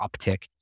uptick